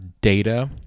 data